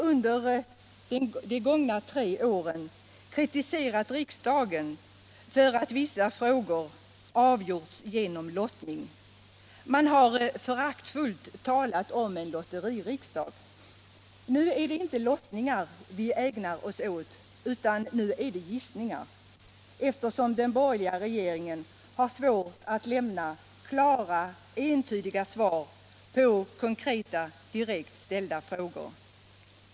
Under de gångna tre åren har man kritiserat riksdagen för att vissa frågor avgjorts genom lottning och föraktfullt talat om en lotteririksdag. Nu är det inte lottningar vi ägnar oss åt, utan nu är det gissningar, eftersom den borgerliga regeringen har svårt att lämna klara, entydiga svar på konkreta, direkt ställda frågor.